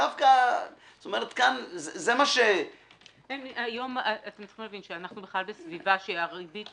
אתם צריכים להבין שהיום אנחנו בסביבה שהריבית